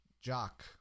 Jock